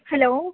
hello